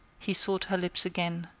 he sought her lips again.